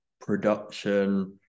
production